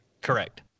Correct